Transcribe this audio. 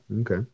Okay